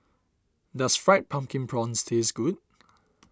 does Fried Pumpkin Prawns taste good